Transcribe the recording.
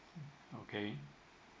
mm okay